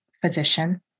physician